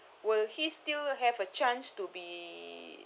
will he still have a chance to be